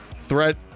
Threat